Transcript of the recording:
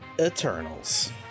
eternals